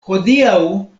hodiaŭ